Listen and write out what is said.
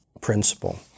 principle